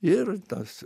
ir tas